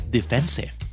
Defensive